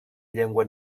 llengua